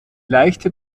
leichte